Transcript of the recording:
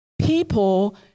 People